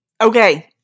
Okay